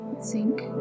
sink